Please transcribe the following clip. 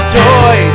joy